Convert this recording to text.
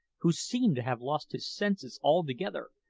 who seemed to have lost his senses altogether,